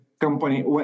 company